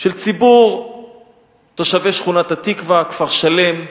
של ציבור תושבי שכונת-התקווה, כפר-שלם,